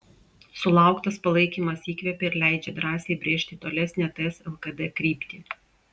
sulauktas palaikymas įkvepia ir leidžia drąsiai brėžti tolesnę ts lkd kryptį